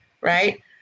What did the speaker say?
right